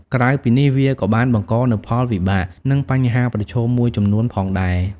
ក្រៅពីនេះវាក៏បានបង្កនូវផលវិបាក និងបញ្ហាប្រឈមមួយចំនួនផងដែរ។